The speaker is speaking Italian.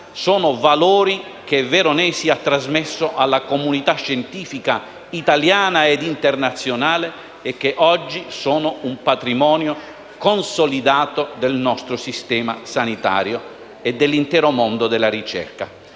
sono valori che Veronesi ha trasmesso alla comunità scientifica italiana e internazionale e che oggi sono un patrimonio consolidato del nostro sistema sanitario e dell'intero mondo della ricerca.